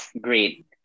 great